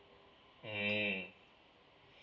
mm